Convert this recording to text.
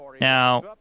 now